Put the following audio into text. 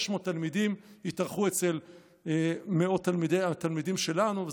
600 תלמידים התארחו אצל מאות התלמידים שלנו,